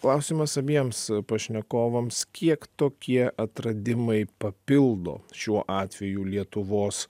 klausimas abiems pašnekovams kiek tokie atradimai papildo šiuo atveju lietuvos